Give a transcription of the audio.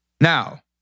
Now